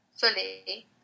fully